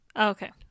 Okay